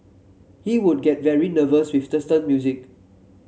he would get very nervous with certain music